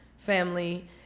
family